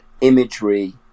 Imagery